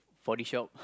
body shop